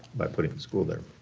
by putting the school there.